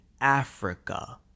africa